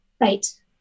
Right